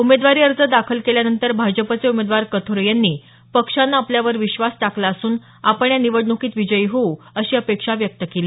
उमेदवारी अर्ज दाखल केल्यानंतर भाजपचे उमेदवार कथोरे यांनी पक्षांन आपल्यावर विश्वास टाकला असून आपण या निवडणुकीत विजय होऊ अशी अपेक्षा व्यक्त केली